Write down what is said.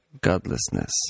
godlessness